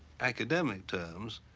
academic terms,